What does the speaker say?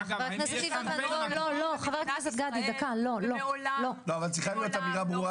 צריכה גם להיות אמירה ברורה